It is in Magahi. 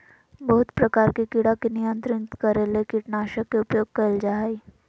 बहुत प्रकार के कीड़ा के नियंत्रित करे ले कीटनाशक के उपयोग कयल जा हइ